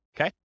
Okay